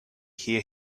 hear